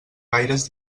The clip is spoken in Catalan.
gaires